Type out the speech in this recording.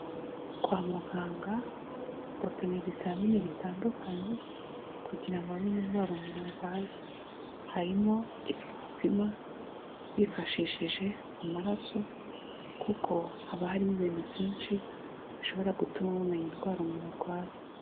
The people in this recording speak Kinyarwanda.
Kwa muganga bapima ibizamini bitandukanye kugira ngo bamenye indwara umuntu arwaye harimo izo bapima bifashishije amaraso kuko haba harimo ibintu byinshi bishobora gutuma bamenya indwara umuntu arwaye.